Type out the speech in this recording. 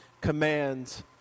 commands